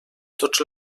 tots